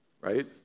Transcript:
right